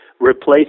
replace